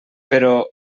però